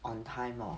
on time hor